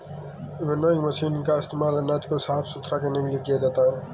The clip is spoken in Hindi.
विनोइंग मशीनों का इस्तेमाल अनाज को साफ सुथरा करने के लिए किया जाता है